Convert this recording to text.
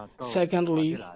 Secondly